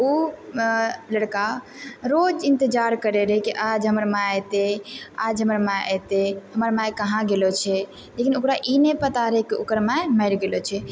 ओ लड़का रोज इन्तजार करै रहै कि आज हमर माइ अयतै आज हमर माइ अयतै हमर माइ कहाँ गेलो छै लेकिन ओकरा ई नहि पता रहै कि ओकर माइ मरि गेलो छै